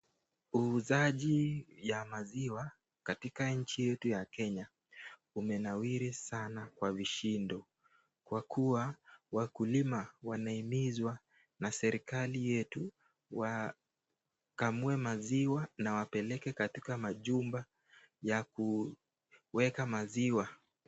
Uuzaji ya maziwa katika nchi yetu ya Kenya umenawiri sana kwa vishindo kwa kuwa wakulima wanahimizwa na serikali yetu wakamue maziwa na wapeleke katika majumba ya kueka maziwa.